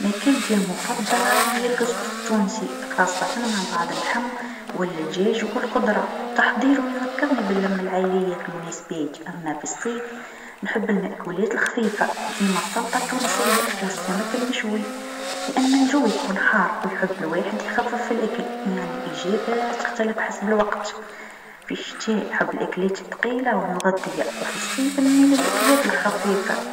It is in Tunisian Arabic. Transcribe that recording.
ماكلتي المفضله هي الكسكس التونسي خاصة مع بعض اللحم و الجاج و الخضره، تحضيرو يفكرني بلمة العايليه في المناسبات، أما في الصيف نحب المأكولات الخفيفه كيما السلطه التونسيه و السمك المشوي لأن الجو يكون حار و يحب الواحد يخفف الأكل يعني الإجابه تختلف حسب الوقت، في الشتاء نحب الأكلات الثقيله و المغذيه و في الصيف نميل للأكلات الخفيفه.